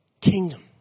kingdom